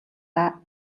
даа